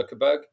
Zuckerberg